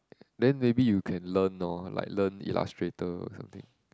then maybe you can learn loh like learn illustrator or something